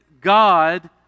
God